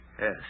Yes